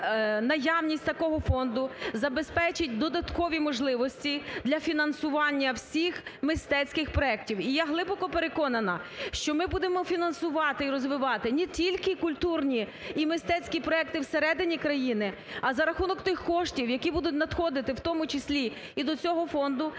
наявність такого фонду забезпечить додаткові можливості для фінансування всіх мистецький проектів. І я глибоко переконана, що ми будемо фінансувати і розвивати не тільки культурні і мистецькі проекти всередині країни, а за рахунок тих коштів, які будуть надходити в тому числі і до цього фонду,